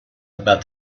about